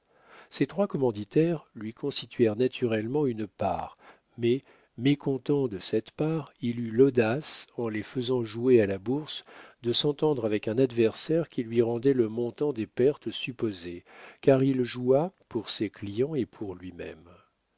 ses trois commanditaires lui constituèrent naturellement une part mais mécontent de cette part il eut l'audace en les faisant jouer à la bourse de s'entendre avec un adversaire qui lui rendait le montant des pertes supposées car il joua pour ses clients et pour lui-même